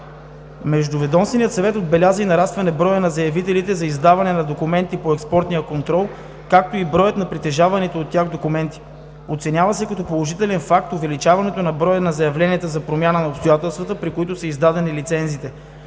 Междуведомственият съвет отбелязва нарастване броя на заявителите за издаване на документи по експортния контрол, както и броят на притежаваните от тях документи. Оценява се като положителен факт увеличаването на броя на заявленията за промяна на обстоятелствата, при които са издадени лицензите.